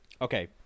okay